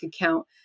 account